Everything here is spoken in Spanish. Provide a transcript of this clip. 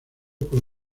por